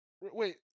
Wait